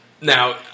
Now